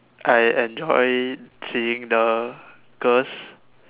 I enjoyed seeing the girls